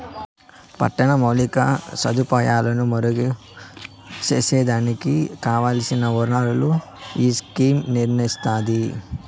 పట్టిన మౌలిక సదుపాయాలు మెరుగు సేసేదానికి కావల్సిన ఒనరులను ఈ స్కీమ్ నిర్నయిస్తాది